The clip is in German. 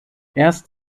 erst